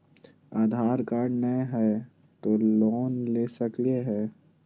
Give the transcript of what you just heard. आधार card नही हय, तो लोन ले सकलिये है?